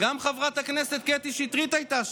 גם חברת הכנסת קטי שטרית הייתה שם.